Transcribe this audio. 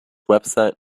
website